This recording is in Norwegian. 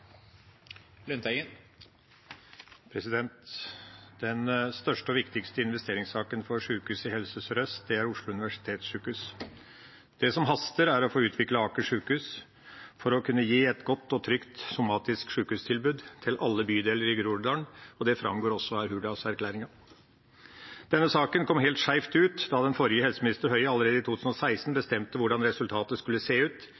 Oslo universitetssykehus, OUS. Det som haster, er å få utviklet Aker sykehus for å kunne gi et godt og trygt somatisk sykehustilbud til alle bydeler i Groruddalen. Det framgår også av Hurdalsplattformen. Denne saken kom helt skjevt ut da forrige helseminister, Høie, allerede i 2016 bestemte hvordan resultatet skulle se ut,